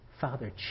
Father